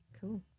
Cool